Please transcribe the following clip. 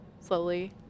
Slowly